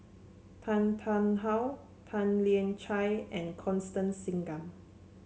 Tan Tarn How Tan Lian Chye and Constance Singam